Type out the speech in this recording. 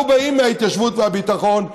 אנחנו באים מההתיישבות והביטחון.